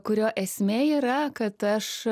kurio esmė yra kad aš